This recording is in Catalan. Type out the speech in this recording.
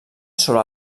sobre